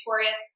victorious